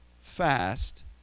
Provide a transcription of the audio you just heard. fast